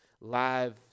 live